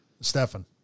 Stefan